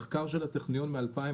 מחקר של הטכניון מ-2017,